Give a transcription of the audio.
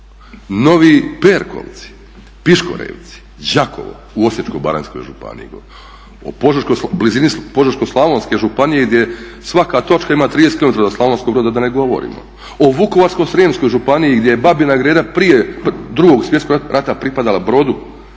Novi Perkovci, Piškorevci, Đakovo u Osječko-baranjskoj županiji, blizini Požeško-slavonske županije gdje svaka točka ima 30 km do Slavonskog Broda da ne govorimo. O Vukovarsko-srijemskoj županiji gdje je Babina Greda prije Drugog svjetskog rata pripadala Brodu,